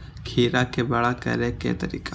खीरा के बड़ा करे के तरीका?